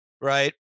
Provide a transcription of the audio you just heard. right